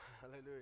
Hallelujah